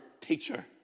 teacher